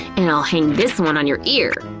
and i'll hang this one on your ear!